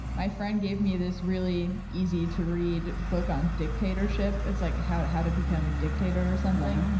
my friend gave me this really easy to read book on dictatorship. it's like how to how to become a dictator or something.